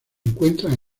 encuentran